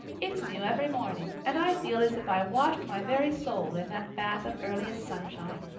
it's new every morning, and i feel as if i washed my very soul in that bath of earliest sunshine.